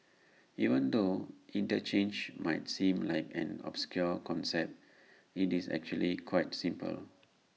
even though interchange might seem like an obscure concept IT is actually quite simple